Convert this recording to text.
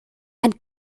and